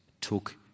took